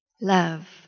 love